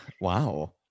Wow